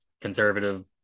conservative